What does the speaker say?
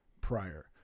prior